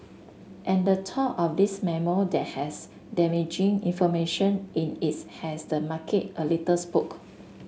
and the talk of this memo that has damaging information in is has the market a little spooked